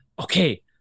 okay